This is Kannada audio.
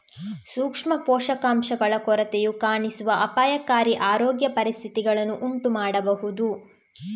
ಸೂಕ್ಷ್ಮ ಪೋಷಕಾಂಶಗಳ ಕೊರತೆಯು ಕಾಣಿಸುವ ಅಪಾಯಕಾರಿ ಆರೋಗ್ಯ ಪರಿಸ್ಥಿತಿಗಳನ್ನು ಉಂಟು ಮಾಡಬಹುದು